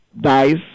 dice